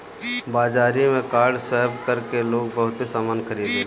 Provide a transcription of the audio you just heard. बाजारी में card swipe कर के लोग बहुते सामना खरीदेला